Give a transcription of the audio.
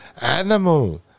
animal